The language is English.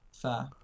Fair